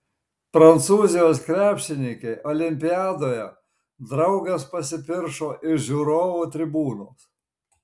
prancūzijos krepšininkei olimpiadoje draugas pasipiršo iš žiūrovų tribūnos